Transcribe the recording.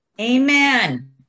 amen